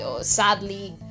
sadly